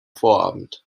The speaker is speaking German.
vorabend